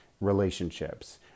relationships